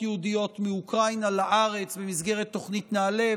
יהודיות מאוקראינה לארץ במסגרת תוכנית נעל"ה,